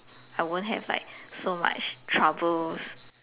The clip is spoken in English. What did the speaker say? I won't have like so much troubles